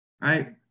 right